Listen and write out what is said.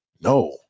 No